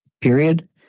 period